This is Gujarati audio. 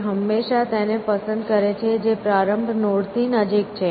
તે હંમેશાં તેને પસંદ કરે છે જે પ્રારંભ નોડની નજીક છે